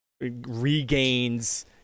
regains